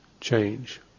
change